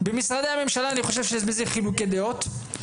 במשרדי הממשלה אני חושב שיש בזה חילוקי דעות.